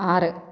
ആറ്